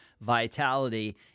vitality